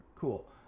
Cool